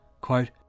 Quote